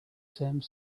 same